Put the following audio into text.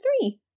three